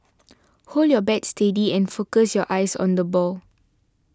hold your bat steady and focus your eyes on the ball